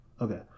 Okay